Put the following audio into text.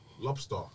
lobster